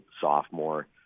sophomore